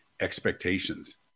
expectations